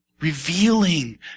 revealing